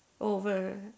over